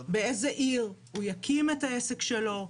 באיזה עיר הוא יקים את העסק שלו.